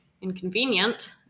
inconvenient